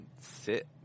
sit